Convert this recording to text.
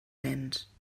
nens